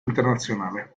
internazionale